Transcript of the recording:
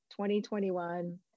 2021